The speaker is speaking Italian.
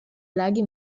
laghi